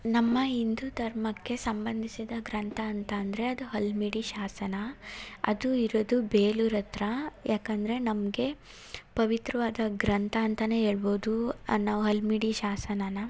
ನಮ್ಮ ಹಿಂದೂ ಧರ್ಮಕ್ಕೆ ಸಂಬಂಧಿಸಿದ ಗ್ರಂಥ ಅಂತ ಅಂದರೆ ಅದು ಹಲ್ಮಿಡಿ ಶಾಸನ ಅದು ಇರೋದು ಬೇಲೂರು ಹತ್ರ ಯಾಕಂದರೆ ನಮಗೆ ಪವಿತ್ರವಾದ ಗ್ರಂಥ ಅಂತಲೇ ಹೇಳ್ಬೋದು ನಾವು ಹಲ್ಮಿಡಿ ಶಾಸನನ